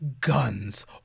guns